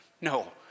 No